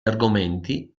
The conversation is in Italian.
argomenti